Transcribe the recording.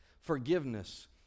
Forgiveness